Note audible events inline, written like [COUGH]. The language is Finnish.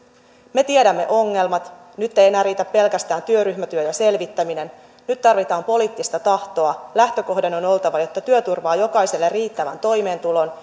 me tiedämme ongelmat nyt ei enää riitä pelkästään työryhmätyö ja selvittäminen nyt tarvitaan poliittista tahtoa lähtökohdan on on oltava että työ turvaa jokaiselle riittävän toimeentulon [UNINTELLIGIBLE]